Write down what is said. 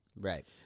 Right